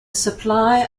supply